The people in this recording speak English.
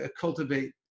cultivate